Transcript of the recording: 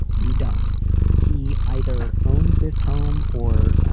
you don't he either owns this home or,